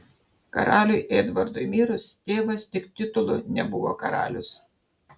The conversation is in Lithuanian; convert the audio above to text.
karaliui edvardui mirus tėvas tik titulu nebuvo karalius